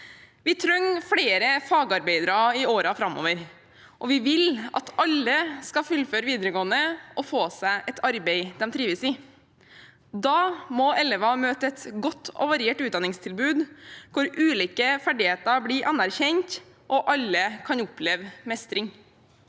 Vi trenger flere fagarbeidere i årene framover, og vi vil at alle skal fullføre videregående og få seg et arbeid de trives i. Da må elever møte et godt og variert utdanningstilbud hvor ulike ferdigheter blir anerkjent og alle kan oppleve mestring.